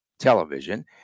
television